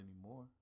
anymore